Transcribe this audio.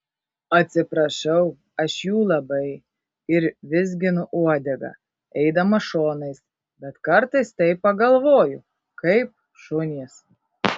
atsiprašau aš jų labai ir vizginu uodegą eidamas šonais bet kartais taip pagalvoju kaip šunys